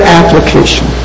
application